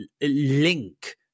link